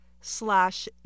slash